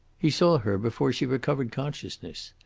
he saw her before she recovered consciousness.